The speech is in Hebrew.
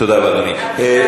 תודה רבה, אדוני.